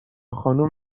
خانوم